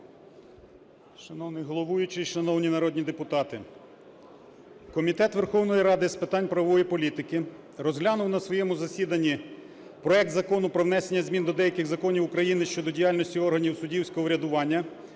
Шановний головуючий, шановні народні депутати, Комітет Верховної Ради з питань правової політики розглянув на своєму засіданні проект Закону про внесення змін до деяких законів України щодо діяльності органів суддівського врядування